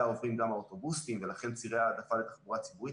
עוברים גם האוטובוסים ולכן צירי העדפה לתחבורה ציבורית